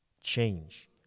change